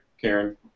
Karen